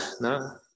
no